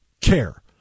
care